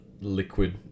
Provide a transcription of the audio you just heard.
liquid